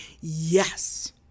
Yes